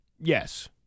yes